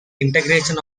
integration